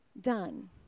done